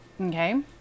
Okay